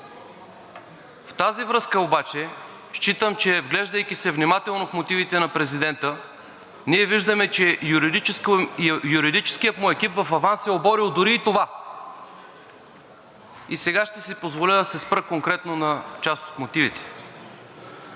В тази връзка обаче, считам, че вглеждайки се внимателно в мотивите на президента, ние виждаме, че юридическият му екип в аванс е оборил дори и това. И сега ще се спра конкретно на част от мотивите.